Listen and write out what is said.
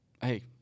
hey